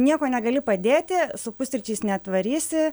nieko negali padėti su pusryčiais neatvarysi